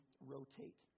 rotate